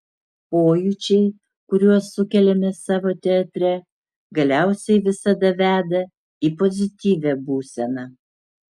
pojūčiai kuriuos sukeliame savo teatre galiausiai visada veda į pozityvią būseną